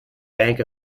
bank